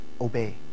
obey